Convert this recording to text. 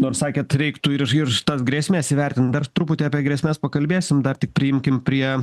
nors sakėt reiktų ir išgirst tas grėsmes įvertint dar truputį apie grėsmes pakalbėsim dar tik priimkim prie